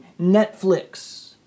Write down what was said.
Netflix